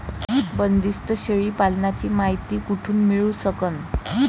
बंदीस्त शेळी पालनाची मायती कुठून मिळू सकन?